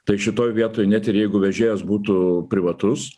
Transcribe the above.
tai šitoj vietoj net ir jeigu vežėjas būtų privatus